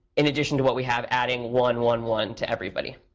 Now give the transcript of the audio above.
in addition to what we have, adding one, one, one to everybody.